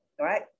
Right